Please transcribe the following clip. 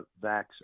VAX